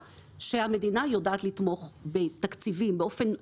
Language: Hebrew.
שהמדינה יודעת לתמוך בתקציבים באופן הזה.